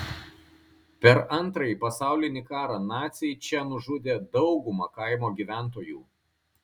per antrąjį pasaulinį karą naciai čia nužudė daugumą kaimo gyventojų